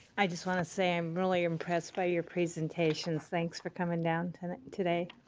i just want to say i'm really impressed by your presentations. thanks for coming down tonight today.